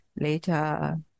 Later